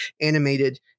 animated